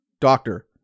Doctor